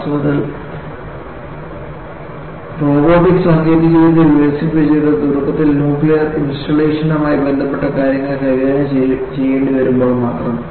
വാസ്തവത്തിൽ റോബോട്ടിക് സാങ്കേതികവിദ്യ വികസിപ്പിച്ചെടുത്തു തുടക്കത്തിൽ ന്യൂക്ലിയർ ഇൻസ്റ്റാളേഷനുമായി ബന്ധപ്പെട്ട കാര്യങ്ങൾ കൈകാര്യം ചെയ്യേണ്ടിവരുമ്പോൾ മാത്രം